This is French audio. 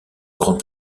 grande